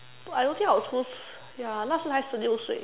I don't think our schools ya just nice 十六岁